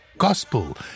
gospel